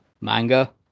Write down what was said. manga